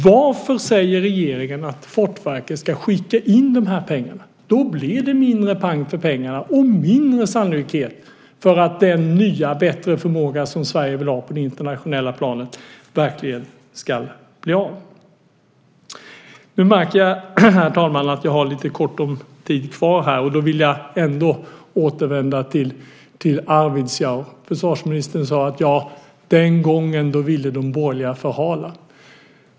Varför säger regeringen att Fortifikationsverket ska skicka in de här pengarna? Då blir det mindre pang för pengarna och mindre sannolikhet för att den nya och bättre förmåga som Sverige vill ha på det internationella planet verkligen ska bli av. Nu märker jag, herr talman, att jag har lite kort om tid, och då vill jag ändå återvända till Arvidsjaur. Försvarsministern sade att den gången ville de borgerliga förhala.